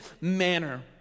manner